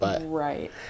Right